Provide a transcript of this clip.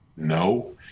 No